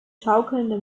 schaukelnde